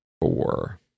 four